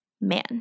man